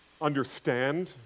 understand